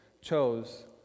chose